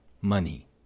money